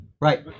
Right